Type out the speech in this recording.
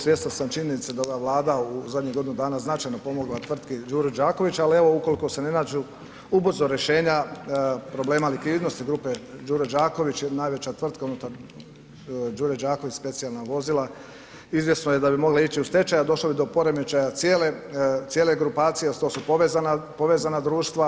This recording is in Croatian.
Svjestan sam činjenice da je ova Vlada u zadnjih godinu dana značajno pomogla tvrtki Đuro Đaković, ali evo ukoliko se ne nađu ubrzo rješenja problema likvidnosti grupe Đuro Đaković, najveća tvrtka unutar Đure Đaković, specijalna vozila izvjesno je da bi mogla ići u stečaj a došlo bi do poremećaja cijele grupacije a to su povezana, povezana društva.